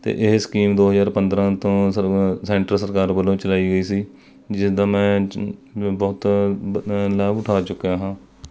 ਅਤੇ ਇਹ ਸਕੀਮ ਦੋ ਹਜ਼ਾਰ ਪੰਦਰ੍ਹਾਂ ਤੋਂ ਸਰ ਸੈਂਟਰ ਸਰਕਾਰ ਵੱਲੋਂ ਚਲਾਈ ਗਈ ਸੀ ਜਿਸਦਾ ਮੈਂ ਜ ਬਹੁਤ ਲਾਭ ਉਠਾ ਚੁੱਕਿਆ ਹਾਂ